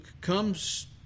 comes